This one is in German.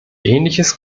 ähnliches